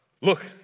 Look